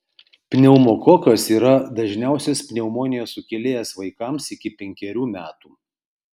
pneumokokas yra dažniausias pneumonijos sukėlėjas vaikams iki penkerių metų